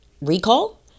recall